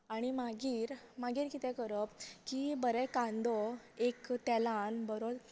आनी मागीर मागीर किते करप की बरे कांदो एक तेलान बरो